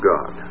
God